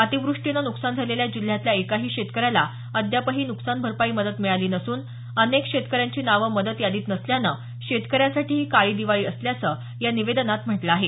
अतिवृष्टीनं नुकसान झालेल्या जिल्ह्यातल्या एकाही शेतकऱ्याला अद्यापही नुकसान भरपाई मदत मिळाली नसून अनेक शेतकऱ्यांची नावं मदत यादीत नसल्यानं शेतकऱ्यांसाठी ही काळी दिवाळी असल्याचं या निवेदनात म्हटलं आहे